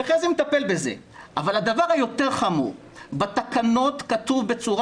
וחזי מטפל בזה אבל הדבר היותר חמור הוא שבתקנות כתוב בצורה